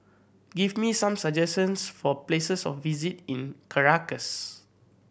give me some suggestions for places of visit in Caracas